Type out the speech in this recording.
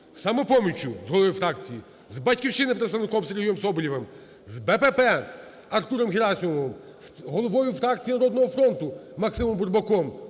"Самопоміччю" – з головою фракції, з "Батьківщиною" – представником Сергієм Соболєвим, з БПП – Артуром Герасимовим, головою фракції "Народного фронту" – Максимом Бурбаком.